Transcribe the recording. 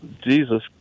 Jesus